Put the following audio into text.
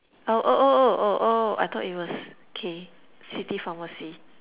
oh oh oh oh oh I thought it was okay city pharmacy